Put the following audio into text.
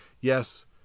yes